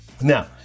now